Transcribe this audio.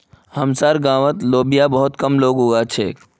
हमसार गांउत लोबिया बहुत कम लोग उगा छेक